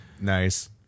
Nice